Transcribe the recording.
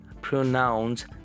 pronouns